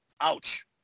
ouch